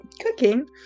cooking